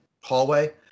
hallway